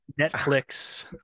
netflix